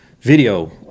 video